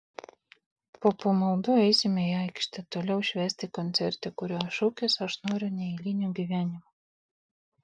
po pamaldų eisime į aikštę toliau švęsti koncerte kurio šūkis aš noriu neeilinio gyvenimo